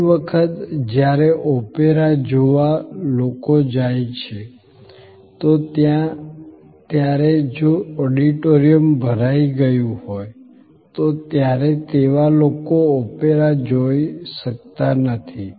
ઘણી વખત જ્યારે ઓપેરા જોવા લોકો જાય છે તો ત્યારે જો ઓડિટોરિયમ ભરાય ગયું હોય તો ત્યારે તેવા લોકો ઓપેરા જોય શકતા નથી